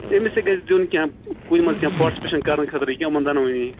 أمِس تہِ گَژھِ دِیُن کیٚنٛہہ کُنہِ منٛز کیٚنٛہہ پاٹسِپیشَن کَرنہٕ خٲطرٕ یِمَن دۄنؤنی